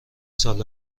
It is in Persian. سال